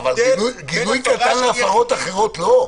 יש הבדל --- אבל גינוי קטן להפרות אחרות לא?